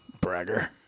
Bragger